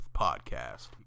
podcast